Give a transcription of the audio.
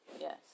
Yes